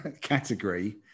category